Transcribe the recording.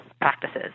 practices